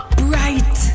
bright